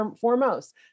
foremost